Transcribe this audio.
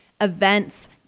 events